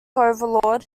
overlord